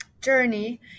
journey